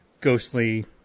ghostly